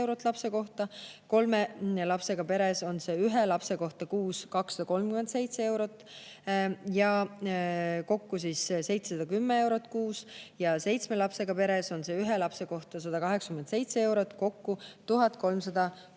lapse kohta, kolme lapsega peres on see ühe lapse kohta kuus 237 eurot, kokku 710 eurot kuus, ja seitsme lapsega peres on ühe lapse kohta 187 eurot, kokku 1310